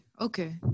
okay